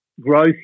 growth